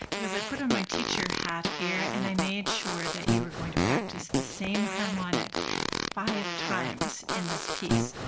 because i put on my teacher hat here and i made sure that you were going to practice the same harmonic five times in this piece.